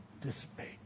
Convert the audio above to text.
dissipate